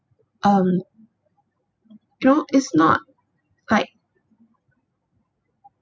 um you know it's not like